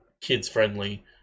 kids-friendly